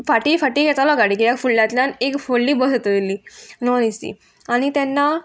फाटी फाटी घेतालो गाडी किऱ्याक फुडल्यांतल्यान एक व्हडली बस येतली नॉन एसी आनी तेन्ना